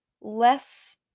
less